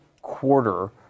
quarter